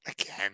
Again